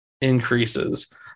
increases